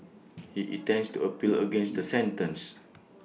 he intends to appeal against the sentence